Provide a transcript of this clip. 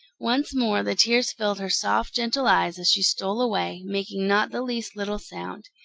once more the tears filled her soft, gentle eyes as she stole away, making not the least little sound.